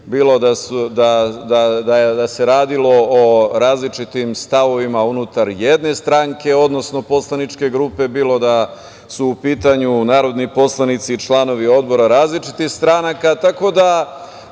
bilo da se radilo o različitim stavovima unutar jedne stranke, odnosno poslaničke grupe, bilo da su u pitanju narodni poslanici članovi odbora različitih stranaka. Tako